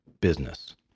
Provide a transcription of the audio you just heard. business